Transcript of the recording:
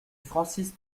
francis